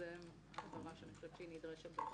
זאת הבהרה שנדרשת כאן.